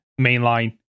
mainline